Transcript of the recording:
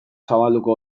zabalduko